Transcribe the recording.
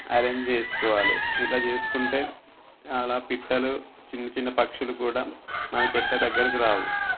arrange చేసుకోవాలి ఇలా చేసుకుంటే అలా పిట్టలు చిన్న చిన్న పక్షులు కూడా మన చెట్ల దగ్గరకు రావు